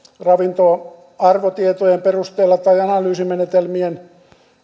ravintoarvotietojen perusteella tai analyysimenetelmin